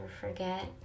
forget